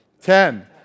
Ten